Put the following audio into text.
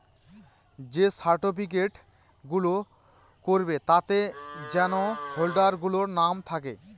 যে সার্টিফিকেট গুলো করাবে তাতে যেন হোল্ডার গুলোর নাম থাকে